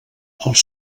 els